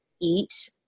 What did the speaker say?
eat